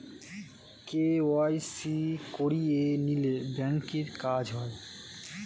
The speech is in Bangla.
কে.ওয়াই.সি করিয়ে নিলে ব্যাঙ্কের কাজ হয়